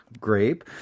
grape